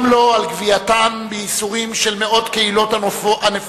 גם לא על גוויעתם בייסורים של מאות קהילות ענפות,